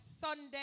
Sunday